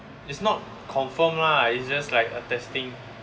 it's not confirm lah it's just like a testing